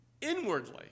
inwardly